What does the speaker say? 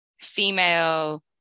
female